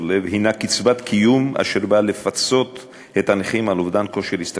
הנה קצבת קיום אשר באה לפצות את הנכים על אובדן כושר השתכרותם.